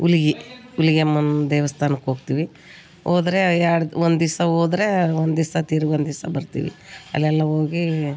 ಹುಲಿಗಿ ಹುಲಿಗೆಮ್ಮನ್ ದೇವಸ್ಥಾನಕ್ ಹೋಗ್ತೀವಿ ಹೋದ್ರೆ ಎರಡು ಒಂದಿಸ ಹೋದ್ರೇ ಒಂದಿಸ ತಿರ್ಗಿ ಒಂದಿಸ ಬರ್ತೀವಿ ಅಲ್ಲೆಲ್ಲ ಹೋಗೀ